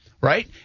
right